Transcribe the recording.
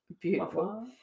Beautiful